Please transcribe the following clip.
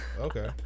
Okay